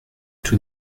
tout